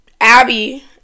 Abby